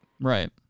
right